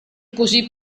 così